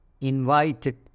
invited